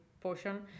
portion